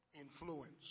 influence